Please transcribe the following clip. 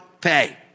pay